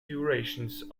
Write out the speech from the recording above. durations